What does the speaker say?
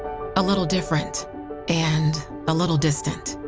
a little different and a little distant.